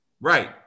Right